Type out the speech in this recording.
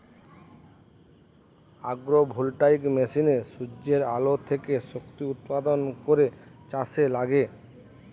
agro voltaic মেশিনে সূর্যের আলো থেকে শক্তি উৎপাদন করে চাষে লাগে